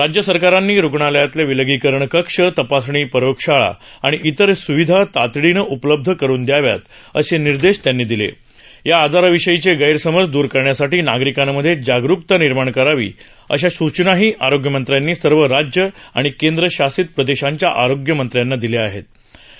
राज्य सरकारांनी रुग्णालयातल विलगीकरण कक्ष तपासणी प्रयोगशाळा आणि इतर सुविधा तातडीनं उपलब्ध करुन द्याव्यात अस निर्देश त्यांनी दिल या आजाराविषयीच गैरसमज द्रर करण्यासाठी नागरिकांमध्य जागरुकता निर्माण करावी अशा सूचनाही आरोग्यमंत्र्यानी सर्व राज्य आणि केंद्रशासित प्रदशाच्या आरोग्यमंत्र्यांना काल्या आहम्र